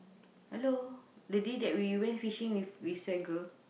hello that day that we went fishing with with Sagger